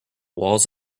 walls